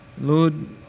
Lord